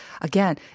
Again